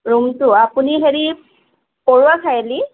ৰুমটো আপুনি হেৰি বৰুৱা চাৰিআলি